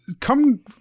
come